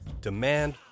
demand